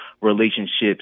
relationships